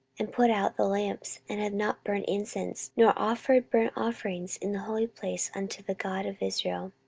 and put out the lamps, and have not burned incense nor offered burnt offerings in the holy place unto the god of israel.